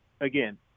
again